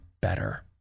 better